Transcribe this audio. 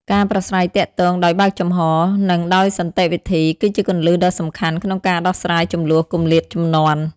ការប្រាស្រ័យទាក់ទងដោយបើកចំហ និងដោយសន្តិវិធី គឺជាគន្លឹះដ៏សំខាន់ក្នុងការដោះស្រាយជម្លោះគម្លាតជំនាន់។